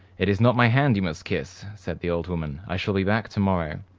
it is not my hand you must kiss, said the old woman i shall be back to-morrow.